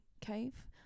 Cave